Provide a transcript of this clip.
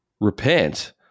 repent